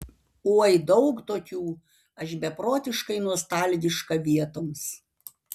oi daug tokių aš beprotiškai nostalgiška vietoms